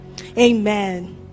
Amen